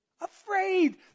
Afraid